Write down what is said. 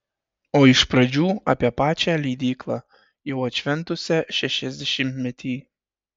o iš pradžių apie pačią leidyklą jau atšventusią šešiasdešimtmetį